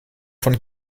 von